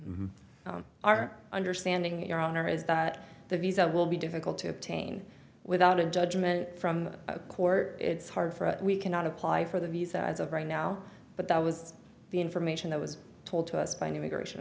our understanding your honor is that the visa will be difficult to obtain without a judgment from the court it's hard for us we cannot apply for the visa as of right now but that was the information that was told to us by an immigration